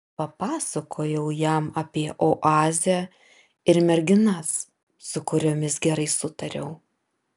papasakojau jam apie oazę ir merginas su kuriomis gerai sutariau